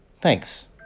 Thanks